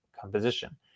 composition